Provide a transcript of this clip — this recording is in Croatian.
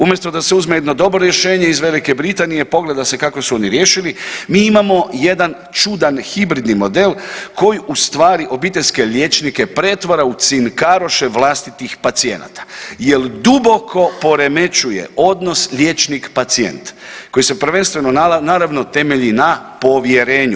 Umjesto da se uzme jedno dobro rješenje iz Velike Britanije, pogleda se kako su oni riješili, mi imamo jedan čudan hibridni model koji ustvari obiteljske liječnike pretvara u cinkaroše vlastitih pacijenata jer duboko poremećuje odnos liječnik-pacijent, koji se prvenstveno, naravno, temelji na povjerenju.